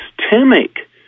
systemic